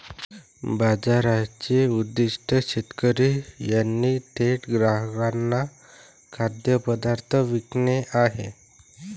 बाजाराचे उद्दीष्ट शेतकरी यांनी थेट ग्राहकांना खाद्यपदार्थ विकणे हे आहे